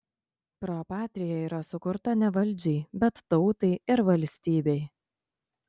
pro patria yra sukurta ne valdžiai bet tautai ir valstybei